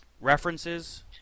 references